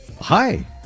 Hi